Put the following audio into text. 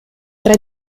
tra